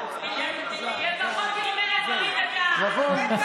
לפחות היא אומרת, נכון.